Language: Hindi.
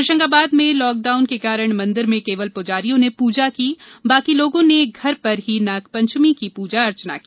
होशंगाबाद में लॉकडाउन के कारण मंदिर में केवल प्रजारियों ने पुजा की बाकी लोगों ने घर पर ही नागपंचमी की पुजा अर्चना की